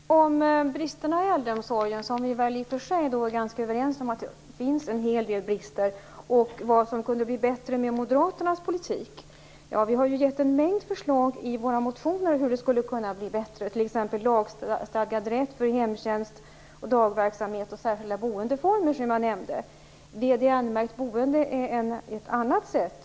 Herr talman! Jag fick frågan om bristerna i äldreomsorgen - i och för sig är vi väl ganska överens om att det finns en hel del brister - och vad som kunde bli bättre med Moderaternas politik. Vi har ju gett en mängd förslag i våra motioner som visar hur det skulle kunna bli bättre, t.ex. lagstadgad rätt för hemtjänst, dagverksamhet och särskilda boendeformer, som jag nämnde. VDN-märkt boende är ett annat sätt.